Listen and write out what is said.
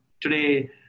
today